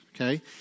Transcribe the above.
Okay